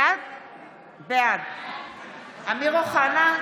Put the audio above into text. בעד אמיר אוחנה,